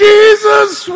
Jesus